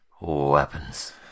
weapons